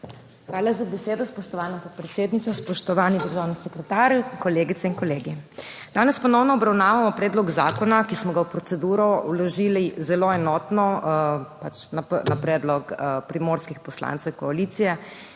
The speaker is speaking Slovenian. Hvala za besedo, spoštovana podpredsednica. Spoštovani državni sekretar, kolegice in kolegi! Danes ponovno obravnavamo predlog zakona, ki smo ga v proceduro vložili zelo enotno na predlog primorskih poslancev koalicije,